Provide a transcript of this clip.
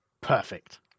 Perfect